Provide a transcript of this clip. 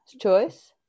choice